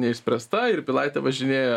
neišspręsta ir pilaite važinėja